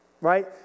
right